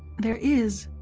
there is,